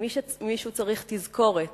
אם מישהו צריך תזכורת